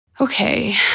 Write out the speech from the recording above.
Okay